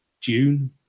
June